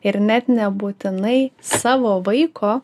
ir net nebūtinai savo vaiko